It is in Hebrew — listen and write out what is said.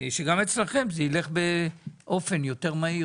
שגם אצלכם זה ילך באופן יותר מהיר